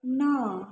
ନଅ